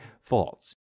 false